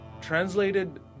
translated